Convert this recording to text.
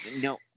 No